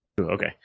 Okay